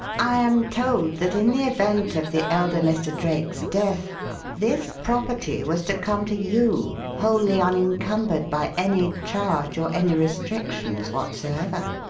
i am told that in the event of the elder mr. drake's death this property was to come to you wholly unencumbered by any charge or any restrictions whatsoever.